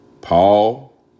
Paul